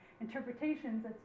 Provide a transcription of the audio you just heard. interpretations